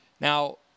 Now